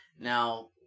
Now